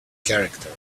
character